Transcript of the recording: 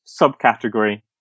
subcategory